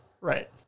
Right